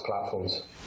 platforms